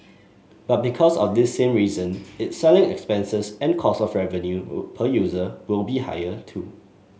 but because of this same reason its selling expenses and cost of revenue per user will be higher too